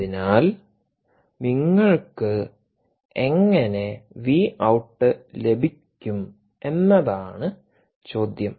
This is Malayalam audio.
അതിനാൽ നിങ്ങൾക്ക് എങ്ങനെ വി ഔട്ട് ലഭിക്കും എന്നതാണ് ചോദ്യം